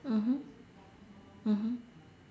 mmhmm mmhmm